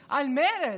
אזרחים, על מרד.